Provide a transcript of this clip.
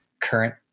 current